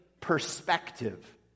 perspective